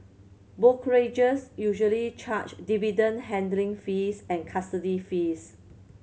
brokerages usually charge dividend handling fees and custody fees